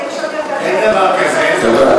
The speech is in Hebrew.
אין דבר כזה.